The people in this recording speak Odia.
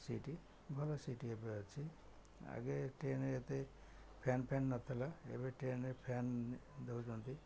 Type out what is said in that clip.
ସିଟ୍ ଭଲ ସିଟ୍ ଏବେ ଅଛି ଆଗେ ଟ୍ରେନ୍ରେ ଏତେ ଫ୍ୟାନ୍ ଫ୍ୟାନ୍ ନଥିଲା ଏବେ ଟ୍ରେନ୍ରେ ଫ୍ୟାନ୍ ଦେଉଛନ୍ତି